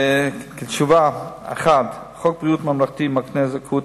חוק ביטוח בריאות ממלכתי מקנה זכאות